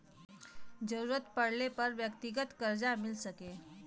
जरूरत पड़ले पर व्यक्तिगत करजा मिल सके